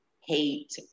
hate